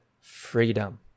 freedom